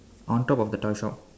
on top of the toy shop